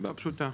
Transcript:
מהסיבה הפשוטה: